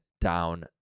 down